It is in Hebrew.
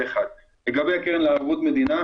לגבי קרן לערבות מדינה